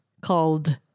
called